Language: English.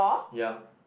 ya